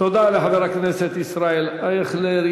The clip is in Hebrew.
תודה לחבר הכנסת ישראל אייכלר.